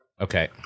Okay